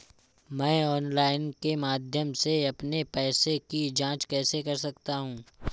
मैं ऑनलाइन के माध्यम से अपने पैसे की जाँच कैसे कर सकता हूँ?